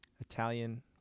Italian